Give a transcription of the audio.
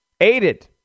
aided